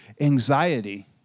anxiety